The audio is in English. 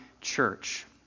church